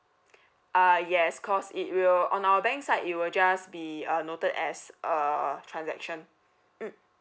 uh yes cause it will on our bank side it will just be a noted as uh transaction mm